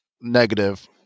negative